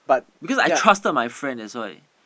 because I trusted my friend that's why